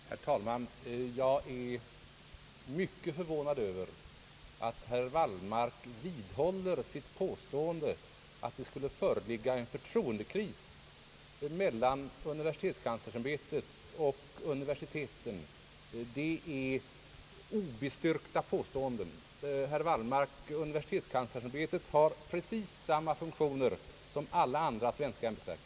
Herr talman! Jag är mycket förvånad över att herr Wallmark vidhåller sitt påstående att det skulle föreligga en förtroendekris mellan universitetskanslersämbetet och universiteten. Det är ett obestyrkt påstående. Universitetskanslersämbetet har, herr Wallmark, precis samma funktioner som alla andra svenska ämbetsverk.